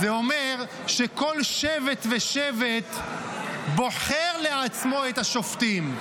זה אומר שכל שבט ושבט בוחר לעצמו את השופטים.